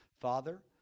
Father